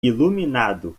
iluminado